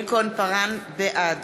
בעד